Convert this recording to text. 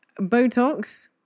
Botox